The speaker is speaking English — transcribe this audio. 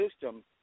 system